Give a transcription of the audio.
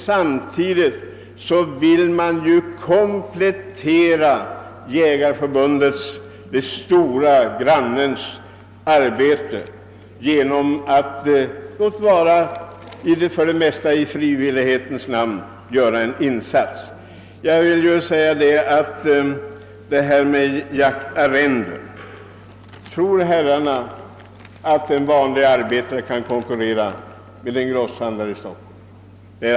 Samtidigt vill man ju också komplettera Jägareförbundets — det stora grannförbundet arbete genom att i frivillighetens namn göra en insats. Tror herrarna att en vanlig arbetare kan konkurrera med en grosshandlare i Stockholm?